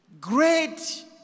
great